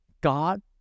God